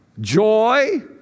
joy